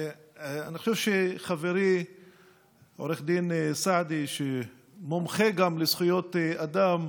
אני חושב שחברי עו"ד סעדי, שמומחה גם לזכויות אדם,